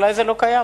אולי זה לא קיים,